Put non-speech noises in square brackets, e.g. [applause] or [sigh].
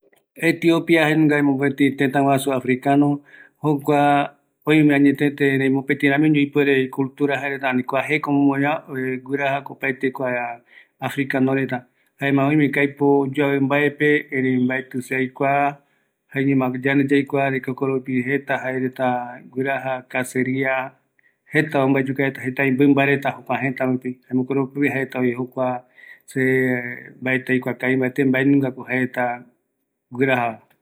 ﻿ Etiopia jaenungavi mopeti tëtaguasu africano, jokua oime añetete erei mopeti ramiño oiko, ipuere icultura anivi kuareta jeko omomoeva [hesitation] gjuirajako opaete kua africano reta, jaema oimeko aipo oyoavi mbaepe, erei mbaeti se aikua, jaeñoma yande yakuava, de que jokoropi jeta jaereta guiraja kaseria, jeta ombaeyuka reta, jetvi mimba reta jokua jëta rupi, jaema jokoropi ropi jaereta jokua, se mbaeti aikua kavi mbate mbaenungako jaereta guirajava